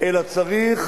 אלא צריך